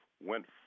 went